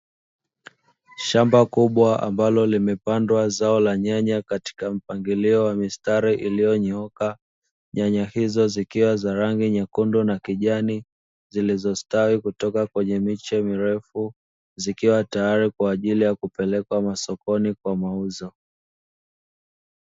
Shamba kubwa ambalo limepandwa zao la nyanya, katika mpangilio wa mistari iliyonyooka. Nyanya hizo zikiwa za rangi nyekundu na kijani, zilizostawi kutoka kwenye miche mirefu, zikiwa tayari kwa ajili ya kupelekwa masokoni kwa mauzo.